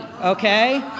Okay